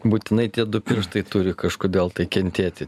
būtinai tie du pirštai turi kažkodėl tai kentėti